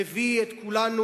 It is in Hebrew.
מביא את כולנו,